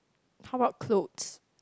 how about clothes